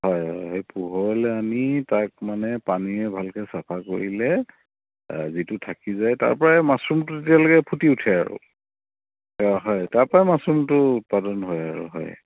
হয় হয় সেই পোহৰলৈ আনি তাক মানে পানীয়ে ভালকৈ চাফা কৰিলে যিটো থাকি যায় তাৰপৰাই মাচৰুমটো তেতিয়ালৈকে ফুটি উঠে আৰু অঁ হয় তাৰপৰাই মাচৰুমটো উৎপাদন হয় আৰু হয়